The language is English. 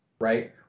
right